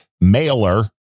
mailer